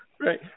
Right